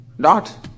dot